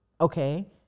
okay